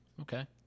Okay